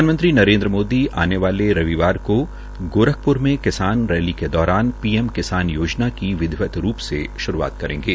प्रधानमंत्री नरेन्द्र मोदी आने वाले रविवार को गोरखप्र में किसानों की रैली के दौर पी एम किसान योजना की विधिवत रूप से श्रूआत करेंगे